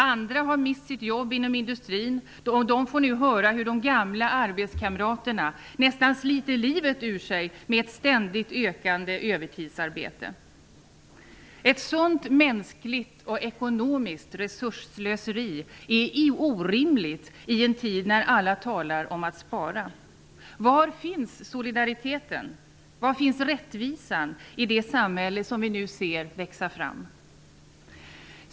Andra har mist sina jobb inom industrin. De får nu höra hur de gamla arbetskamraterna nästan sliter livet ur sig med ett ständigt ökande övertidsarbete. Ett sådant mänskligt och ekonomiskt resursslöseri är orimligt i en tid när alla talar om att spara. Var finns solidariteten? Var finns rättvisan i det samhälle som vi nu ser växa fram?